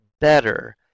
better